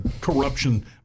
corruption